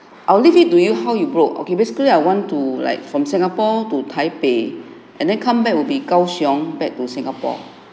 I'll leave it to you how you book okay basically I want to like from singapore to taipei and then come back will be kao siong back to singapore